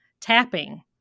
tapping